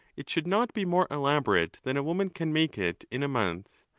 it should not be more elaborate than a woman can make it in a month.